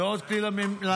זה עוד כלי למשטרה.